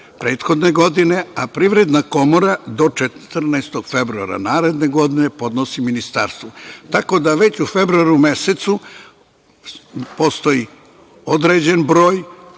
prethodne godine, a Privredna komora do 14. februara naredne godine podnosi Ministarstvu. Tako da, već u februaru mesecu postoji određen broj